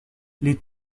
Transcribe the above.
les